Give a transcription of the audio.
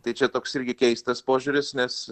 tai čia toks irgi keistas požiūris nes